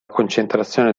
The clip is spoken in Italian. concentrazione